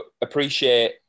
appreciate